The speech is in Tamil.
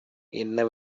என்ன